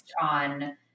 on